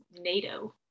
nato